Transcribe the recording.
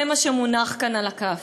זה מה שמונח כאן על הכף,